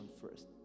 first